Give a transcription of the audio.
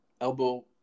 elbow